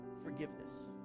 forgiveness